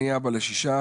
אני אבא לשישה